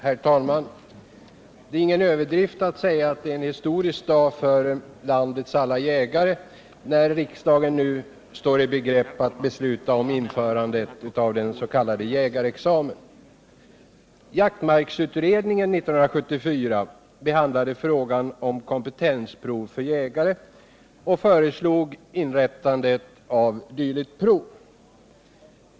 Herr talman! Det är ingen överdrift att säga att det är en historisk dag för landets alla jägare, när riksdagen nu står i begrepp att besluta om införandet av den s.k. jägarexamen. Jaktmarksutredningen 1974 behandlade frågan om kompetensprov för jägare och föreslog inrättandet av dylikt prov.